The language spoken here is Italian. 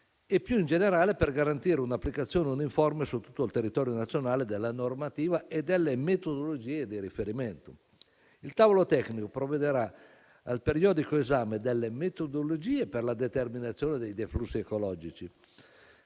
e, più in generale, per garantire un'applicazione uniforme su tutto il territorio nazionale della normativa e delle metodologie di riferimento. Il tavolo tecnico provvederà al periodico esame delle metodologie per la determinazione dei deflussi ecologici